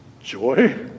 Joy